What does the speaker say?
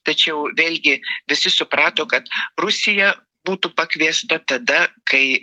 tačiau vėlgi visi suprato kad rusija būtų pakviesta tada kai